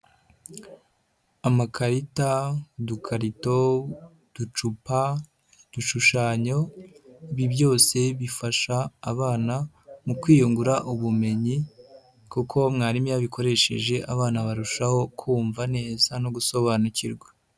Amakarita, udukarito, uducupa, udushushanyo ibi byose bifasha abana mu kwiyungura ubumenyi kuko mwarimu iyo abikoresheje abana barushaho kumva neza no gusobanukirwa.